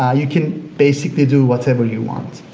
ah you can basically do whatever you want.